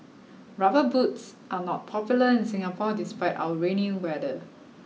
rubber boots are not popular in Singapore despite our rainy weather